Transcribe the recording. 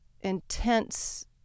intense